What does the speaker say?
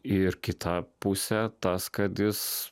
ir kitą pusę tas kad jis